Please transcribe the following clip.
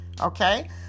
Okay